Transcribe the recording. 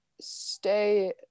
stay